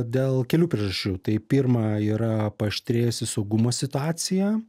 dėl kelių priežasčių tai pirma yra paaštrėjusi saugumo situacija